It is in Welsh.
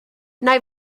nai